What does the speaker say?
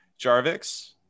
Jarvix